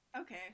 Okay